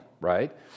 right